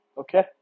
Okay